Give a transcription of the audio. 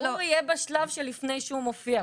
ערעור יהיה בשלב שלפני שהוא מופיע.